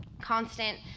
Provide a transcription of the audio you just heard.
constant